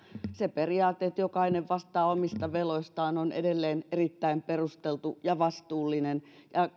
se periaate että jokainen vastaa omista veloistaan on edelleen erittäin perusteltu ja vastuullinen ja